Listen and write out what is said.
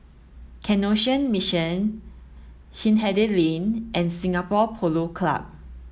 Canossian Mission Hindhede Lane and Singapore Polo Club